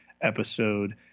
episode